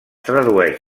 tradueix